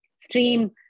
stream